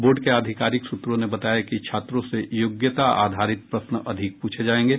board के आधिकारिक सूत्रों ने बताया कि छात्रों से योग्यता आधारित प्रश्न अधिक पूछे जायेंगे